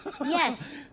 Yes